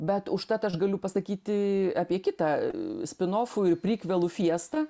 bet užtat aš galiu pasakyti apie kitą e spinofų ir prikvelų fiestą